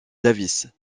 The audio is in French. davis